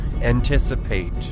anticipate